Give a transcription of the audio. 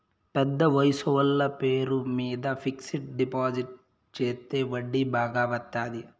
పెద్ద వయసోళ్ల పేరు మీద ఫిక్సడ్ డిపాజిట్ చెత్తే వడ్డీ బాగా వత్తాది